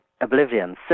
oblivion